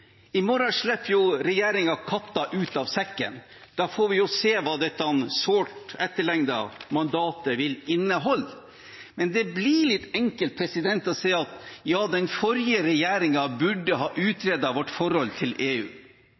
I morgen slipper regjeringen katta ut av sekken. Da får vi se hva dette sårt etterlengtede mandatet vil inneholde. Men det blir litt enkelt å si at den forrige regjeringen burde ha utredet vårt forhold til EU.